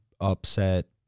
upset